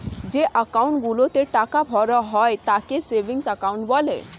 যে অ্যাকাউন্ট গুলোতে টাকা ভরা হয় তাকে সেভিংস অ্যাকাউন্ট বলে